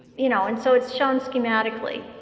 you know and so it's shown schematically.